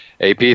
AP